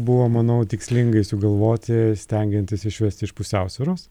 buvo manau tikslingai sugalvoti stengiantis išvesti iš pusiausvyros